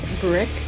Brick